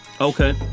Okay